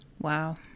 Wow